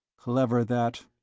clever, that.